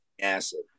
acid